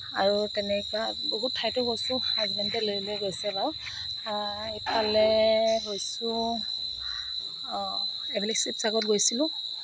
আৰু তেনেকুৱা বহুত ঠাইতো গৈছোঁ হাজবেণ্ডে লৈ লৈ গৈছে বাৰু ইফালে গৈছোঁ এইফালে শিৱসাগৰত গৈছিলোঁ